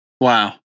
Wow